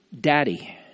daddy